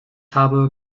habe